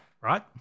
right